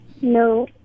No